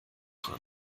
dran